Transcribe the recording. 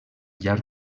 llarg